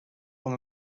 com